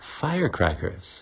firecrackers